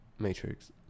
Matrix